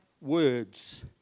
words